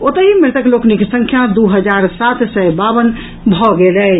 ओतहि मृतक लोकनिक संख्या दू हजार सात सय बावन भऽ गेल अछि